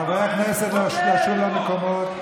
חברי הכנסת, גשו למקומות.